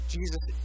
Jesus